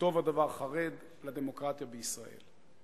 וטוב הדבר, חרד לדמוקרטיה בישראל.